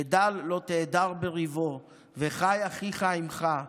ודל לא תהדר בריבו, וחי אחיך עמך,